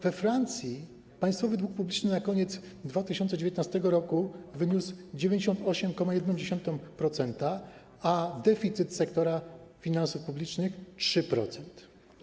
We Francji państwowy dług publiczny na koniec 2019 r. wyniósł 98,1%, a deficyt sektora finansów publicznych 3%.